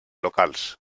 locals